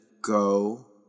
go